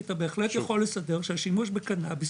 אתה בהחלט יכול לסדר שהשימוש בקנאביס,